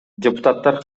депутаттар